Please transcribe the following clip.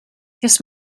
this